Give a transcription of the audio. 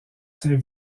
ses